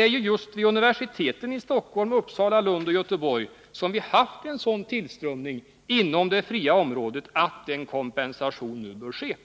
är ju just vid universiteten i Stockholm, Uppsala, Lund och Göteborg som vi haft en sådan tillströmning inom det fria området att en kompensation nu bör ske.